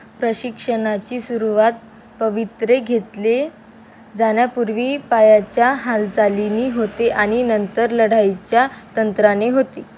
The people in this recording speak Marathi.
प्रशिक्षणाची सुरुवात पवित्रे घेतले जाण्यापूर्वी पायाच्या हालचालीने होते आणि नंतर लढाईच्या तंत्राने होती